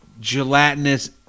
gelatinous